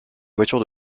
voiture